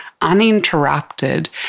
uninterrupted